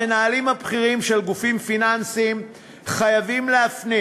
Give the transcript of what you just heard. המנהלים הבכירים של גופים פיננסיים חייבים להפנים